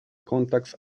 contacts